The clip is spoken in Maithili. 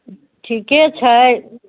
ठीके छै